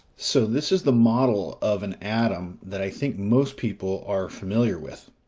so this is the model of an atom that i think most people are familiar with.